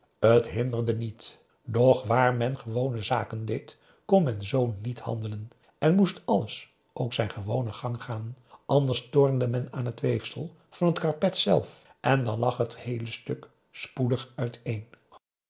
t hinderde niet doch waar men gewone zaken deed kon men z niet handelen en moest alles ook zijn gewonen gang gaan anders tornde men aan het weefsel van t karpet zelf en dan lag het heele stuk spoedig uiteen